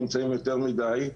נמצאים יותר מדי,